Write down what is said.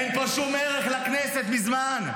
אין פה שום ערך לכנסת מזמן.